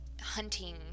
hunting